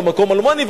במקום אלמוני,